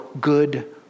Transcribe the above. good